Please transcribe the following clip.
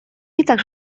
hitzak